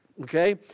okay